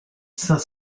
cinq